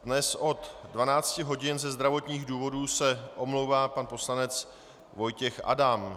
Dnes od 12 hodin ze zdravotních důvodů se omlouvá pan poslanec Vojtěch Adam.